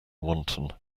wanton